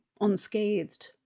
unscathed